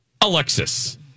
Alexis